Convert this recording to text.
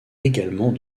également